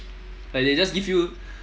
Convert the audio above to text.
like they just give you